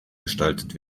gestaltet